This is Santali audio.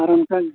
ᱟᱨ ᱚᱱᱠᱟᱜᱮ